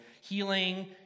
healing